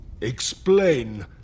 Explain